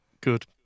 Good